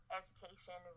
education